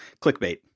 clickbait